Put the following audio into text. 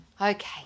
okay